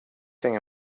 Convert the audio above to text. hänga